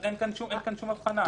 אין כאן שום הבחנה.